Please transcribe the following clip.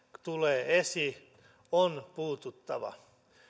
tulee esiin on puututtava